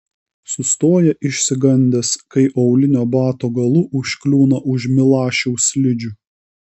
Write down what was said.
sustoja išsigandęs kai aulinio bato galu užkliūna už milašiaus slidžių